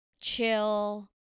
chill